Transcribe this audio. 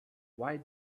why